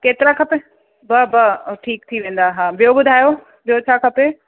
केतिरा खपे ॿ ॿ ठीकु थी वेंदा हा ॿियो ॿुधायो ॿियो छा खपे